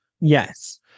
Yes